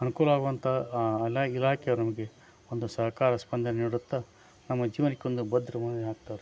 ಅನುಕೂಲ ಆಗುವಂಥ ಅಲ್ಲ ಇಲಾಖೆಯೋರು ನಮಗೆ ಒಂದು ಸಹಕಾರ ಸ್ಪಂದನೆ ನೀಡುತ್ತ ನಮ್ಮ ಜೀವನಕ್ಕೊಂದು ಭದ್ರ ಆಗ್ತವ್ರೆ